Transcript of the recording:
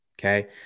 Okay